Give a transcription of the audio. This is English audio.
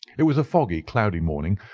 it was a foggy, cloudy morning,